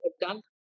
done